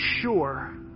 sure